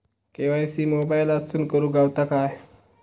KYC मोबाईलातसून करुक गावता काय?